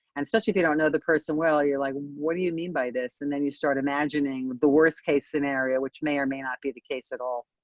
and especially if you don't know the person well you're like, what do you mean by this. and then you start imagining the worst case scenario which may or may not be the case at all.